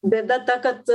bėda ta kad